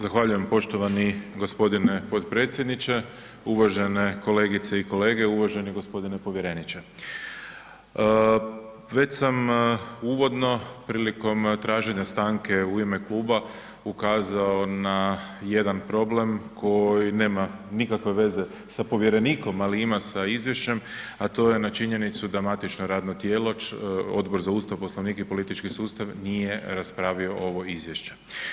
Zahvaljujem poštovani g. potpredsjedniče, uvažene kolegice i kolege, uvaženi g. povjereniče, već sam uvodno, prilikom traženja stanke u ime kluba ukazao na jedan problem koji nema nikakve veze sa povjerenikom, ali ima sa izvješćem, a to je na činjenicu da matično radno tijelu, Odbor za ustav, poslovnik i politički sustav, nije raspravio ovo izvješće.